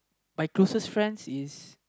my closest friends is